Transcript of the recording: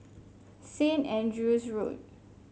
Saint Andrew's Road